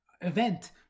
event